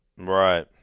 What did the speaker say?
Right